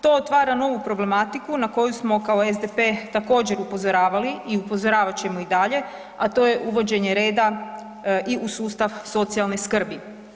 To otvara novu problematiku na koju smo kao SDP također upozoravali i upozoravat ćemo i dalje, a to je uvođenje reda i u sustav socijalne skrbi.